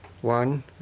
One